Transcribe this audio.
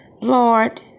Lord